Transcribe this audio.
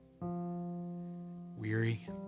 weary